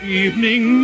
evening